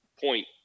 point